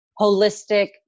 holistic